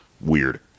Weird